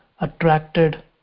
attracted